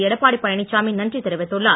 எடப்பாடி பழனிச்சாமி நன்றி தெரிவித்துள்ளார்